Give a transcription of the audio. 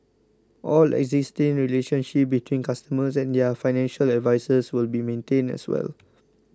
all existing relationships between customers and their financial advisers will be maintained as well